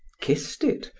kissed it,